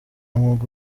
mwuga